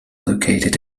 located